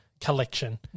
collection